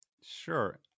Sure